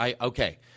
okay